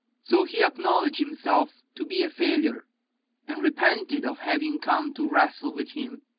so he acknowledged himself to be a failure and repented of having come to wrestle with him,